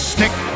Stick